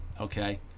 Okay